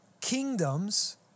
kingdoms